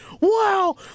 Wow